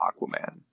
Aquaman